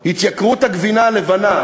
התייקרות הגבינה הלבנה.